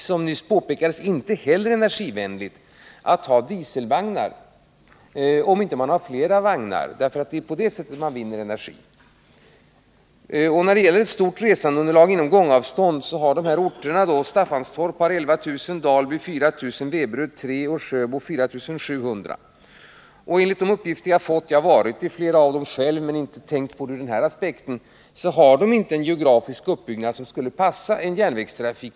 Som nyss påpekades är det heller inte energivänligt att köra med dieselvagnar, om man inte har flera vagnar, för det är på det sättet man vinner energi. När man diskuterar förutsättningarna för ett stort resandeunderlag inom gångavstånd till stationerna måste man ta hänsyn till de här orternas invånarantal. Staffanstorp har 11 000 invånare, Dalby 4 000, Veberöd 3 000 och Sjöbo 4 700. Enligt de uppgifter jag har fått — jag har visserligen varit i flera av dessa orter, men jag har inte tänkt på dem ur den här aspekten — har orterna inte en geografisk uppbyggnad som skulle passa för en järnvägstrafik.